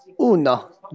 Uno